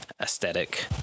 aesthetic